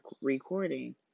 recording